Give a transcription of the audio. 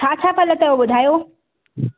छा छा फल अथव ॿुधायो